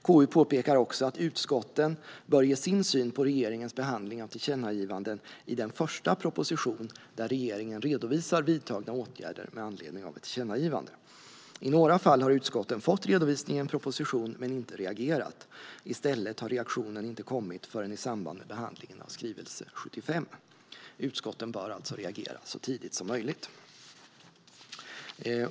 KU påpekar också att utskotten bör ge sin syn på regeringens behandling av tillkännagivanden i den första proposition där regeringen redovisar vidtagna åtgärder med anledning av ett tillkännagivande. I några fall har utskotten fått redovisning i en proposition, men inte reagerat. I stället har reaktionen inte kommit förrän i samband med behandlingen av skrivelse 75. Utskotten bör alltså reagera så tidigt som möjligt.